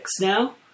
now